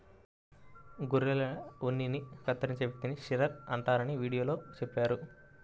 గొర్రెల ఉన్నిని కత్తిరించే వ్యక్తిని షీరర్ అంటారని వీడియోలో చెప్పారు